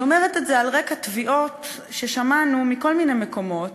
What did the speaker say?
אני אומרת את זה על רקע תביעות ששמענו מכל מיני מקומות,